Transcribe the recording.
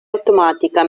automatica